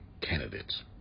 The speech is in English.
candidates